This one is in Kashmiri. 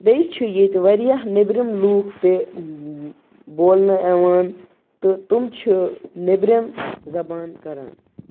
بیٚیہِ چھِ ییٚتہِ واریاہ نٮ۪برِم لُکھ تہِ بولنہٕ یِوان تہٕ تِم چھِ نٮ۪برِم زَبان کَران